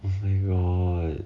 oh my god